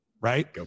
right